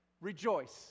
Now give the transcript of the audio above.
Rejoice